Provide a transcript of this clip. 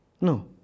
No